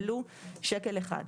ולו שקל אחד.